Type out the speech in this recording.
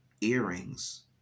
earrings